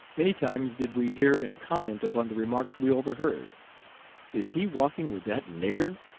many times did we hear and comment upon the remarks we overheard is he walking with that nigger?